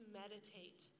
meditate